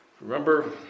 Remember